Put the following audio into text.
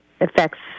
affects